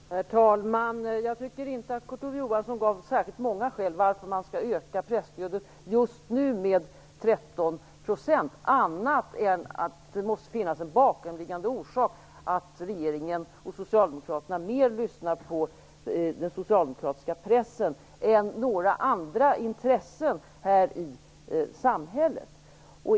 Herr talman! Jag tycker inte att Kurt Ove Johansson gav särskilt många skäl till att presstödet just nu skall ökas med 13 %. Det måste finnas en bakomliggande orsak till att regeringen och socialdemokraterna lyssnar mer till den socialdemokratiska pressen än några andra intressen i samhället.